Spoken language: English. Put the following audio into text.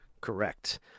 Correct